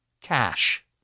cash